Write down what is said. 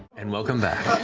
and welcome back.